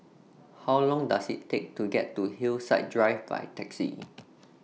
How Long Does IT Take to get to Hillside Drive By Taxi